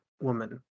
woman